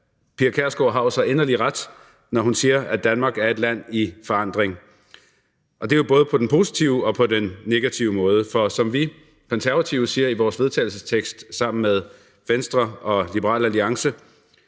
Pia Kjærsgaard har jo så inderlig ret, når hun siger, at Danmark er et land i forandring. Det er både på den positive og den negative måde, for som vi Konservative siger i vores vedtagelsestekst, som vi har fremsat sammen med Venstre og Liberal Alliance,